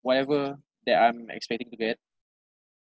whatever that I'm expecting to get